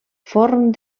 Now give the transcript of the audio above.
forn